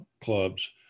clubs